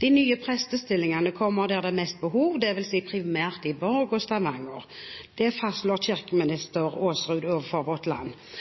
De fem millionene dekker åtte nye stillinger. Disse stillingene kommer primært i bispedømmene Borg og Stavanger, der behovet for nye prestestillinger er størst.» For Fremskrittspartiet innebærer en åpen og aktiv folkekirke at presten er til stede. Mener regjeringen at det